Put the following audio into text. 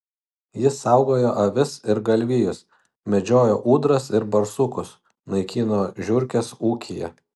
jis saugojo avis ir galvijus medžiojo ūdras ir barsukus naikino žiurkes ūkyje